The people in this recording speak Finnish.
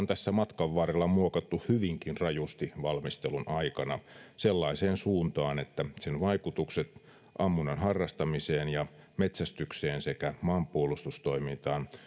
tässä matkan varrella muokattu hyvinkin rajusti valmistelun aikana sellaiseen suuntaan että sen vaikutukset ammunnan harrastamiseen ja metsästykseen sekä maanpuolustustoimintaan